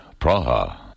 Praha